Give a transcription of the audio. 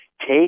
take